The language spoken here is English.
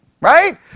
right